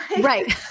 Right